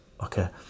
okay